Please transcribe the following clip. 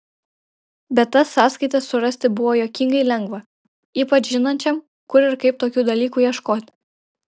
bet tas sąskaitas surasti buvo juokingai lengva ypač žinančiam kur ir kaip tokių dalykų ieškoti